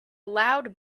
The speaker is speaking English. loud